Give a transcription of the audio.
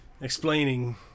explaining